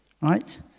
right